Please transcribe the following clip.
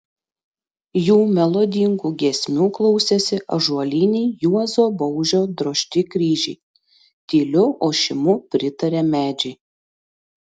jų melodingų giesmių klausėsi ąžuoliniai juozo baužio drožti kryžiai tyliu ošimu pritarė medžiai